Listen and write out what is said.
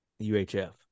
UHF